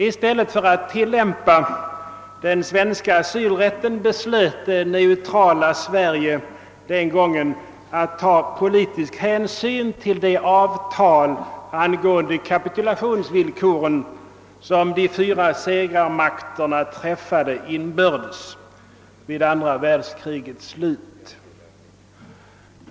I stället för att tillämpa den svenska asylrätten beslöt det neutrala Sverige den gången att ta politisk hänsyn till det avtal angående kapitulationsvillkoren som de fyra segrarmakterna träffat inbördes vid andra världskrigets slut.